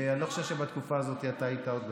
אני לא חושב שבתקופה הזאת אתה היית עוד בתפקיד.